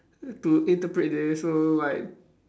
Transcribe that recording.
to interpret this so like